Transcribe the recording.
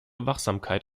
wachsamkeit